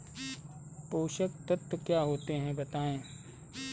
पोषक तत्व क्या होते हैं बताएँ?